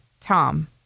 Tom